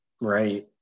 Right